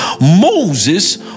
Moses